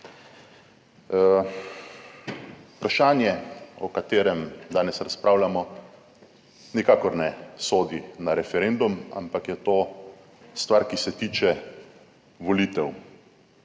Vprašanje, o katerem danes razpravljamo, nikakor ne sodi na referendum, ampak je to stvar, ki se tiče volitev,